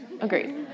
Agreed